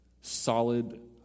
solid